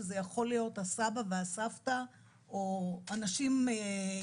שזה יכול להיות הסבא והסבתא או אנשים